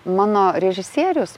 mano režisierius